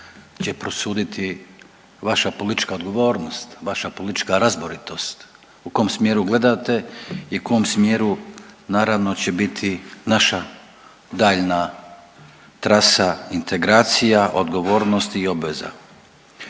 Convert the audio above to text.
će prosuditi vaša politička odgovornost, vaša politička razboritost u kom smjeru gledate i u kom smjeru naravno će biti naša daljnja trasa integracija, odgovornosti i obveza.